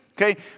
Okay